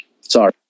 Sorry